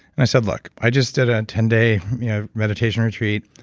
and i said, look. i just did a ten day you know meditation retreat,